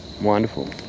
Wonderful